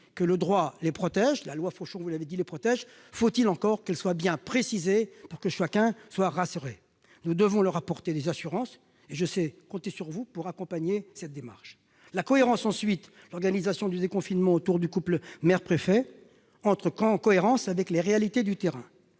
le droit les protège- la loi Fauchon, en l'occurrence, comme vous l'avez rappelé. Encore faut-il qu'elle soit bien précisée pour que chacun soit rassuré. Nous devons leur apporter des assurances, et je sais pouvoir compter sur vous pour accompagner cette démarche. La cohérence, ensuite. L'organisation du déconfinement autour du couple maire-préfet entre en cohérence avec les réalités du terrain.